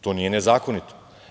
To nije nezakonito.